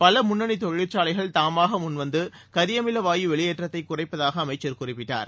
பல முன்னணி தொழிற்சாலைகள் தாமாக முன்வந்து கரியமில வாயு வெளியேற்றத்தை குறைப்பதாக அமைச்சர் குறிப்பிட்டார்